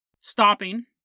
stopping